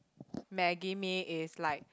maggie-mee is like